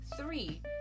three